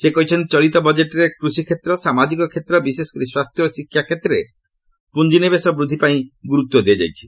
ସେ କହିଛନ୍ତି ଚଳିତ ବଜେଟ୍ରେ କୃଷିକ୍ଷେତ୍ର ସାମାଜିକ କ୍ଷେତ୍ର ବିଶେଷକରି ସ୍ୱାସ୍ଥ୍ୟ ଓ ଶିକ୍ଷା କ୍ଷେତ୍ରରେ ପୁଞ୍ଜିନିବେଶ ବୃଦ୍ଧି କରିବାପାଇଁ ଗୁରୁତ୍ୱ ଦିଆଯାଇଛି